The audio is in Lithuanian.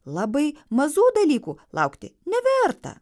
labai mazų dalykų laukti neverta